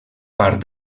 part